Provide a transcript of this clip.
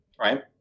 right